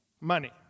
Money